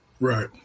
Right